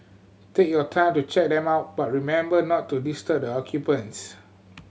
take your time to check them out but remember not to disturb the occupants